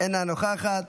אינה נוכחת,